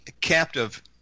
captive